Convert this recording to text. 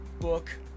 book